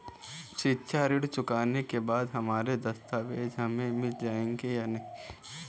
शिक्षा ऋण चुकाने के बाद हमारे दस्तावेज हमें मिल जाएंगे या नहीं?